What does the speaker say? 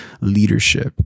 leadership